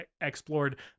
explored